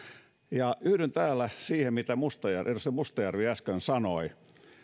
yhdyn täällä siihen mitä edustaja mustajärvi äsken sanoi